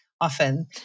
often